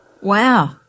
Wow